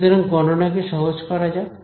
সুতরাং গণনা কে সহজ করা যাক